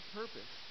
purpose